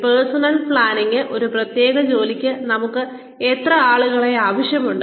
personal planning ഒരു പ്രത്യേക ജോലിക്ക് നമുക്ക് എത്ര ആളുകളെ ആവശ്യമുണ്ട്